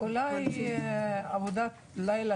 אולי עבודת לילה